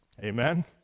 Amen